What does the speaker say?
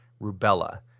rubella